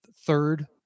third